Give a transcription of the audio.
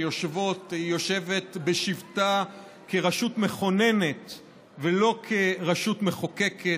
יושבת בשבתה כרשות מכוננת ולא כרשות מחוקקת,